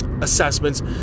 assessments